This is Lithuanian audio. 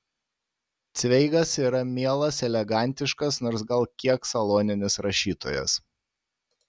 cveigas yra mielas elegantiškas nors gal kiek saloninis rašytojas